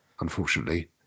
unfortunately